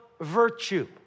virtue